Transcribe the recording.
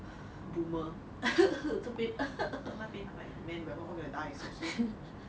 boomer 这边 那边 I am like man we are all going to die seriously